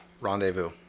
rendezvous